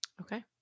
Okay